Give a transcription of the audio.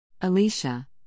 Alicia